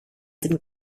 την